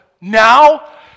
Now